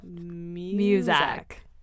Music